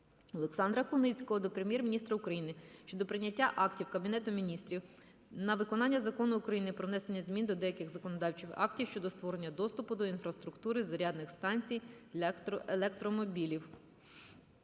Олександра Куницького до Прем'єр-міністра України щодо прийняття актів Кабінету Міністрів на виконання Закону України "Про внесення змін до деяких законодавчих актів щодо створення доступу до інфраструктури зарядних станцій для електромобілів".